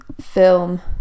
film